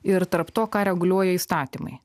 ir tarp to ką reguliuoja įstatymai